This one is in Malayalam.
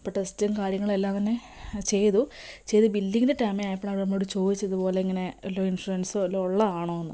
അപ്പം ടെസ്റ്റും കാര്യങ്ങളും എല്ലാം തന്നെ ചെയ്തു ചെയ്ത് ബില്ലിങ്ങിൻ്റെ ടൈം ആയപ്പളാണ് അവര് നമ്മളോട് ചോദിച്ചത് ഇതുപോലെ ഇങ്ങനെ വല്ലതും ഇൻഷുറൻസോ വല്ലതും ഉള്ളതാണോന്ന്